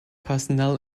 personnel